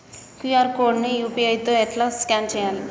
QR code ని UPI తోని ఎట్లా స్కాన్ చేయాలి?